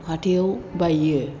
हाथायाव बायो